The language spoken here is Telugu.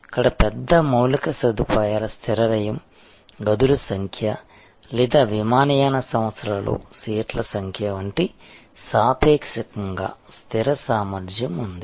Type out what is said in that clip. ఇక్కడ పెద్ద మౌలిక సదుపాయాల స్థిర వ్యయం గదుల సంఖ్య లేదా విమానయాన సంస్థలలో సీట్ల సంఖ్య వంటి సాపేక్షంగా స్థిర సామర్థ్యం ఉంది